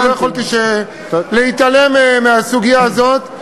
ולא יכולתי להתעלם מהסוגיה הזאת.